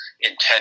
intent